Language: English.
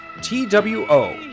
T-W-O